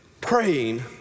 Praying